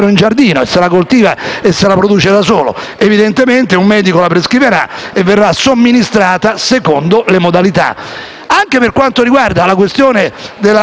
evidentemente un medico prescriverà la morfina, che verrà somministrata secondo determinate modalità. Anche per quanto riguarda la questione della *cannabis*, è stato detto da diversi colleghi